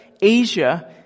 Asia